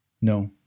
No